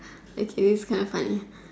actually it's kind of funny